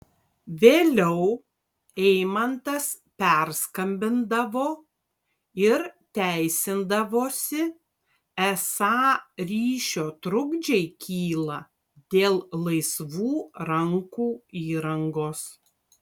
vėliau eimantas perskambindavo ir teisindavosi esą ryšio trukdžiai kyla dėl laisvų rankų įrangos